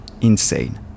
Insane